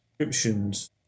subscriptions